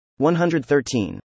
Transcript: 113